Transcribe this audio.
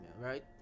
right